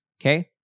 Okay